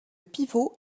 pivot